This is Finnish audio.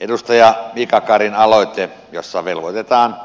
edustaja mika karin aloite jossa velvoitetaan